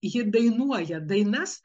ji dainuoja dainas